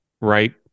right